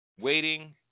Waiting